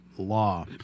Law